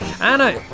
anna